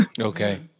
Okay